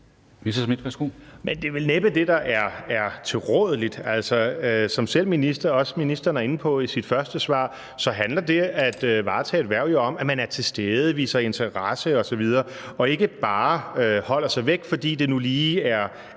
er vel næppe det, der er tilrådeligt. Som ministeren også selv er inde på i sit første svar, handler det at varetage et hverv jo om, at man er til stede, at man viser interesse osv. og ikke bare holder sig væk, fordi det nu lige er